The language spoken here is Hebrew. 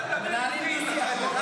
אתה לא יודע לדבר אנגלית ------ לא,